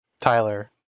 Tyler